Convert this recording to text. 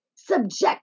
Subject